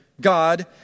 God